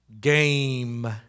game